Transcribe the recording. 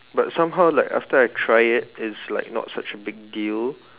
but somehow like after I try it it's like not such a big deal